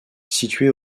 situé